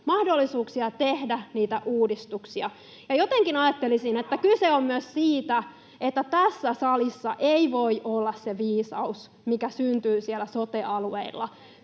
mahdollisuuksia tehdä niitä uudistuksia. Jotenkin ajattelisin, että kyse on myös siitä, että tässä salissa ei voi olla se viisaus, mikä syntyy siellä sote-alueilla